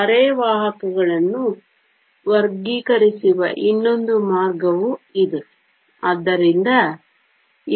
ಅರೆವಾಹಕಗಳನ್ನು ವರ್ಗೀಕರಿಸುವ ಇನ್ನೊಂದು ಮಾರ್ಗವೂ ಇದೆ